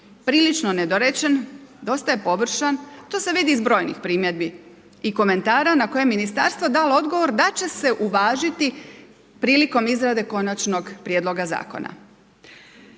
prilično nedorečen, dosta je površan. To se vidi iz brojnih primjedbi i komentara na koje je ministarstvo dalo odgovor, da će se uvažiti prilikom izrade Konačnog prijedloga zakona.